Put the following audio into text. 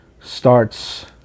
starts